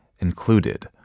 included